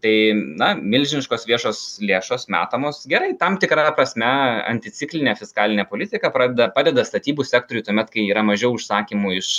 tai na milžiniškos viešos lėšos metamos gerai tam tikra prasme anticiklinė fiskalinė politika pradeda padeda statybų sektoriuj tuomet kai yra mažiau užsakymų iš